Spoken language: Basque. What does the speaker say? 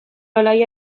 alaia